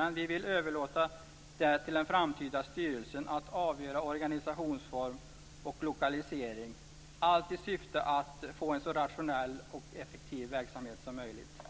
Men vi vill överlåta till den framtida styrelsen att avgöra organisationsform och lokalisering, allt i syfte att få en så rationell och effektiv verksamhet som möjligt.